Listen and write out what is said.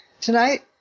tonight